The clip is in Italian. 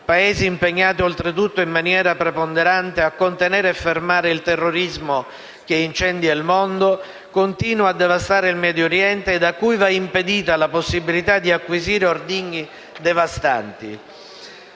Paesi impegnati, oltretutto, in maniera preponderante a contenere e fermare il terrorismo che incendia il mondo, continua a devastare il Medio Oriente, e a cui va impedita la possibilità di acquisire ordigni devastanti.